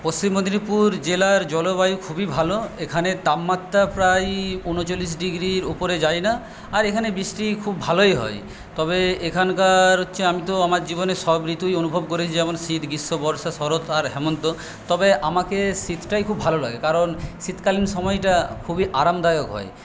পশ্চিম মেদিনীপুর জেলার জলবায়ু খুবই ভালো এখানের তাপমাত্রা প্রায় উনচল্লিশ ডিগ্রির উপরে যায় না আর এখানে বৃষ্টি খুব ভালোই হয় তবে এখানকার হচ্ছে আমি তো আমার জীবনে সব ঋতুই অনুভব করেছি যেমন শীত গ্রীষ্ম বর্ষা শরৎ আর হেমন্ত তবে আমাকে শীতটাই খুব ভালো লাগে কারণ শীতকালীন সময়টা খুবই আরামদায়ক হয়